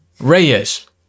Reyes